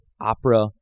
opera